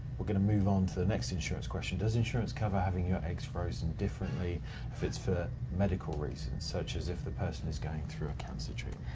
we're gonna move on to the next insurance question. does insurance cover having your eggs frozen differently if it's for medical reasons, such as if the person is going through a cancer treatment?